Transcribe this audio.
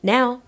Now